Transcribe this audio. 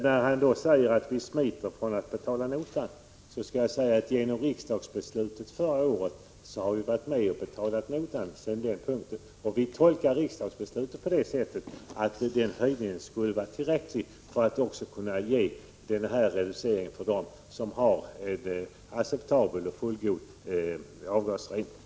Lars Hedfors sade att vi smiter från att betala notan, men jag vill framhålla att vi genom riksdagsbeslutet förra året har varit med om att betala notan. Vi tolkade också riksdagsbeslutet så, att höjningen skulle vara tillräcklig för att medge en reducering för dem som nu köper bilar med en fullgod avgasrening.